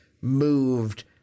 moved